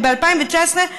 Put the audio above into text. וב-2019,